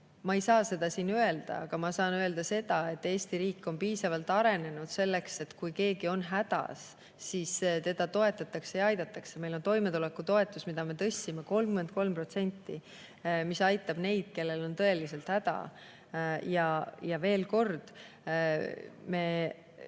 Ma ei saa seda siin öelda, aga ma saan öelda seda, et Eesti riik on piisavalt arenenud, nii et kui keegi on hädas, siis teda toetatakse ja aidatakse. Meil on toimetulekutoetus, mida me tõstsime 33% ja mis aitab neid, kellel on tõeliselt häda. Veel kord: see